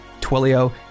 Twilio